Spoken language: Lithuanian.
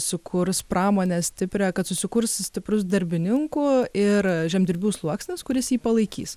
sukurs pramonę stiprią kad susikurs stiprus darbininkų ir žemdirbių sluoksnis kuris jį palaikys